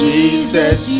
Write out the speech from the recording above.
Jesus